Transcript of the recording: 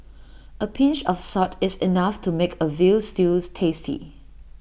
A pinch of salt is enough to make A Veal Stew tasty